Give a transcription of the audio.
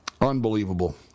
Unbelievable